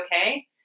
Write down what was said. okay